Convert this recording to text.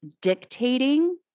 dictating